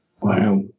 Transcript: Wow